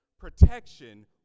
protection